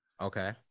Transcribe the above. okay